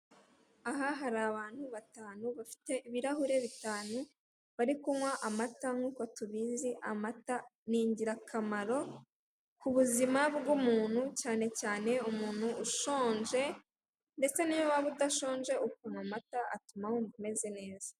Aha hari abantu batanu bafite ibirahuri bitanu barikunywa amata nkuko tubizi amata ni ingirakamaro ku buzima bw'umuntu cyane cyane umuntu ushonje ndetse niyo waba udashonje ukanywa amata atuma wumva umeze neza.